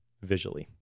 visually